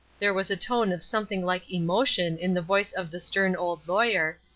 there was a tone of something like emotion in the voice of the stern old lawyer,